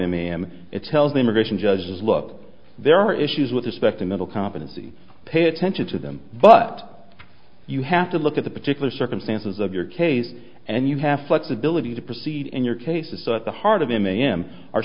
e m it tells immigration judges look there are issues with respect to middle competency pay attention to them but you have to look at the particular circumstances of your case and you have flexibility to proceed and your case is at the heart of mam are